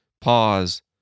pause